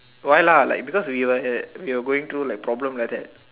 why lah like because we were we were going through like problem like that